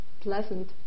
pleasant